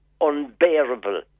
unbearable